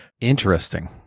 interesting